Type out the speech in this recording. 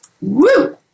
Woo